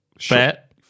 Fat